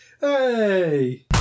Hey